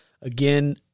Again